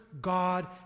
God